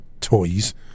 toys